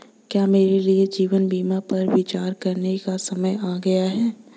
क्या मेरे लिए जीवन बीमा पर विचार करने का समय आ गया है?